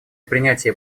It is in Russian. принятия